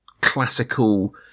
classical